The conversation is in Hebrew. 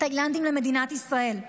תאילנדים למדינת ישראל.